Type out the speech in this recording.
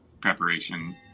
preparation